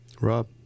Rob